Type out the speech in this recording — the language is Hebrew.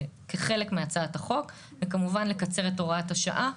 כחלק מהצעת החוק וכמובן לקצר את הוראת השעה,